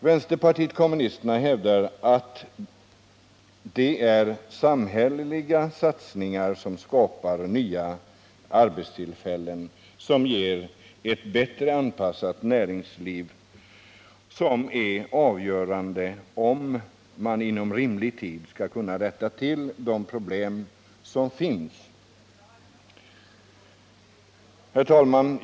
Vänsterpartiet kommunisterna hävdar att det är samhälleliga satsningar som skapar nya arbetstillfällen som ger ett bättre anpassat näringsliv och som är avgörande för om man inom rimlig tid skall kunna rätta till de problem som finns. Herr talman!